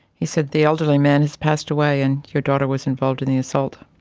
he said, the elderly man has passed away and your daughter was involved in the assault.